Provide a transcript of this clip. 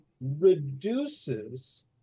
reduces